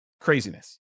Craziness